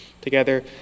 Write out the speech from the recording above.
together